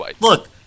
look